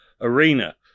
arena